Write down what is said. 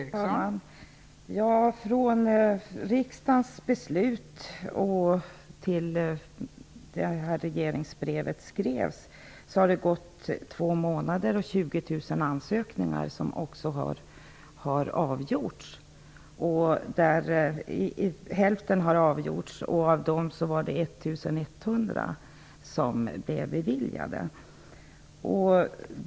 Fru talman! Från det att riksdagen fattade beslut till det att det här regleringsbrevet skrevs har det gått två månader och 20 000 ansökningar. Hälften av dessa ansökningar har också avgjorts, och av dessa blev 1 100 beviljade.